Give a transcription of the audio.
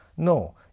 No